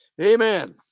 Amen